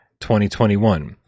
2021